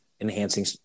enhancing